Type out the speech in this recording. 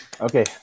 okay